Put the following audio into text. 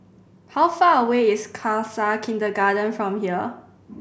how far away is Khalsa Kindergarten from here